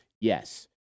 Yes